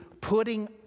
putting